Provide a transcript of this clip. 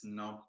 no